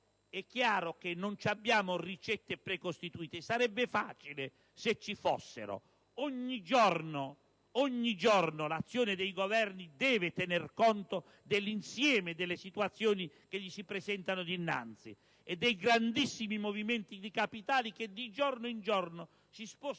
dell'economia. Non abbiamo ricette precostituite. Sarebbe facile se ci fossero. Ogni giorno l'azione dei Governi deve tenere conto dell'insieme delle situazioni che si presentano loro dinanzi e dei grandissimi movimenti di capitale che di giorno in giorno si spostano